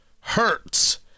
hurts